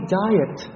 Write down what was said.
diet